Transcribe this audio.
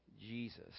Jesus